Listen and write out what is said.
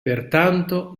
pertanto